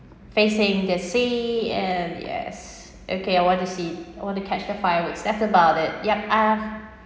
facing the sea and yes okay I want to see I want to catch the fireworks that's about it yup uh